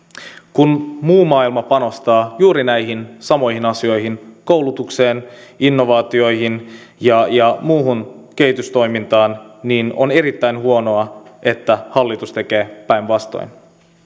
kun muu maailma panostaa juuri näihin samoihin asioihin koulutukseen innovaatioihin ja ja muuhun kehitystoimintaan niin on erittäin huonoa että hallitus tekee päinvastoin